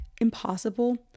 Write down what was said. impossible